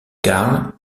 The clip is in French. carl